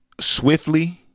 swiftly